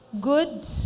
Good